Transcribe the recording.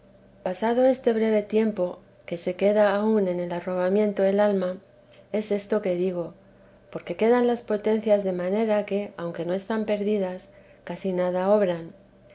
pasado este breve tiempo que se queda aún en el arrobamiento el alma es esto que digo porque quedan las potencias de manera que aunque no están perdidas casi nada obran